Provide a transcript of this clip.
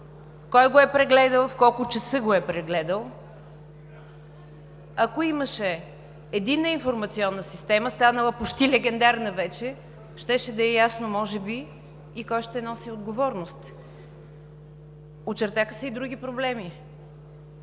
кой го е прегледал, в колко часа го е прегледал. Ако имаше единна информационна система, станала почти легендарна вече, щеше да е ясно може би и кой ще носи отговорност. Очертаха се и други проблеми